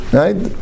right